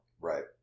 Right